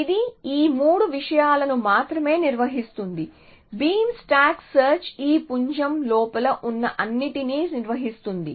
ఇది ఈ 3 విషయాలను మాత్రమే నిర్వహిస్తుంది బీమ్ స్టాక్ సెర్చ్ ఈ పుంజం లోపల ఉన్న అన్నింటినీ నిర్వహిస్తుంది